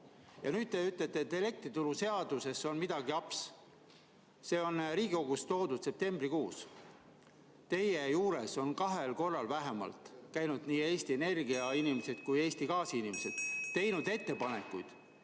nüüd te ütlete, et elektrituruseaduses on mingi aps. See on Riigikokku toodud septembrikuus. Teie juures on vähemalt kahel korral käinud nii Eesti Energia inimesed kui Eesti Gaasi inimesed ja teinud ettepanekuid.